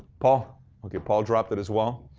paul okay, paul dropped it as well.